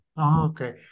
Okay